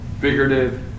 figurative